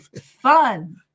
Fun